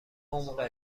عمق